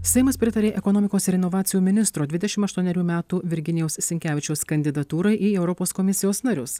seimas pritarė ekonomikos ir inovacijų ministro dvidešim aštuonerių metų virginijaus sinkevičiaus kandidatūrai į europos komisijos narius